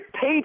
paid